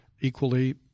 equally